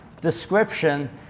description